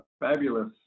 fabulous